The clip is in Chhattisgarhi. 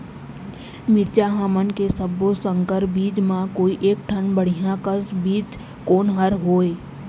मिरचा हमन के सब्बो संकर बीज म कोई एक ठन बढ़िया कस बीज कोन हर होए?